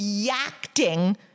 reacting